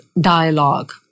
dialogue